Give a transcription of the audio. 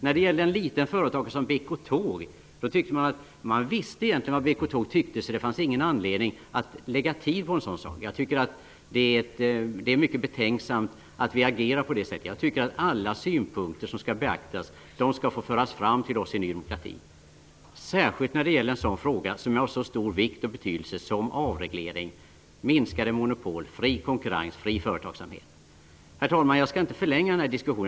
När det gällde ett litet företag som BK-Tåg ansåg man att man egentligen visste vad BK-Tåg tyckte, så det fanns ingen anledning att lägga ned tid på en sådan sak. Jag tycker att det är mycket betänksamt att vi agerar på det sättet. Jag tycker att alla synpunkter skall beaktas och skall få föras fram till oss i Ny demokrati, särskilt när det gäller en fråga som är av så stor vikt och betydelse som avreglering, minskade monopol, fri konkurrens, fri företagsamhet. Herr talman! Jag skall inte förlänga den här diskussionen.